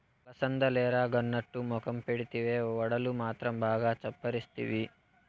అలసందలెరగనట్టు మొఖం పెడితివే, వడలు మాత్రం బాగా చప్పరిస్తివి